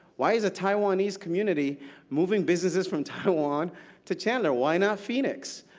why is a taiwanese community moving businesses from taiwan to chandler? why not phoenix?